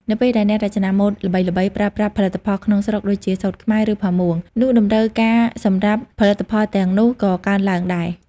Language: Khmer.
នៅពេលដែលអ្នករចនាម៉ូដល្បីៗប្រើប្រាស់ផលិតផលក្នុងស្រុក ដូចជា សូត្រខ្មែរ ឬ ផាមួង នោះតម្រូវការសម្រាប់ផលិតផលទាំងនោះក៏កើនឡើងដែរ។